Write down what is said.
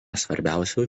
svarbiausių